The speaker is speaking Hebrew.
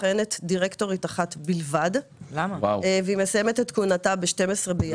מכהנת דירקטורית אחת בלבד והיא מסיימת את כהונתה ב-12.1.